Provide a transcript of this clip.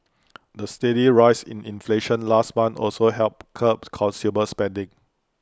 the steady rise in inflation last month also helped curb consumer spending